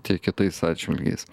tiek kitais atžvilgiais